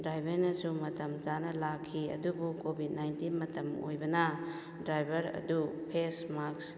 ꯗ꯭ꯔꯥꯏꯚꯔꯅꯁꯨ ꯃꯇꯝ ꯆꯥꯅ ꯂꯥꯛꯈꯤ ꯑꯗꯨꯕꯨ ꯀꯣꯚꯤꯠ ꯅꯥꯏꯟꯇꯤꯟ ꯃꯇꯝ ꯑꯣꯏꯕꯅ ꯗ꯭ꯔꯥꯏꯚꯔ ꯑꯗꯨ ꯐꯦꯁ ꯃꯥꯛꯁ